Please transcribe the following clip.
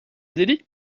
delhi